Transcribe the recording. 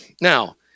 Now